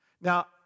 Now